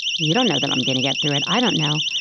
you don't know that i'm going to get through it. i don't know.